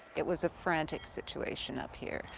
it was a frantic situation up here.